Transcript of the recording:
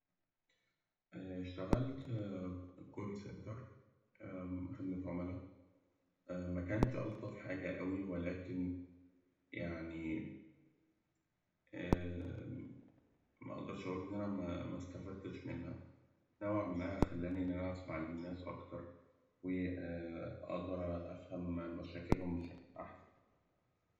اشتغلت كول سنتر خدمة عملا مكنش ألطف حاجة أوي، ولكن يعني مقدرش أقول إن أنا م- مستفدتش منها. نوعاً ما خلاني إن أنا أسمع الناس أكتر، و أقدر أفهم مشاكلهم بشكل أحسن.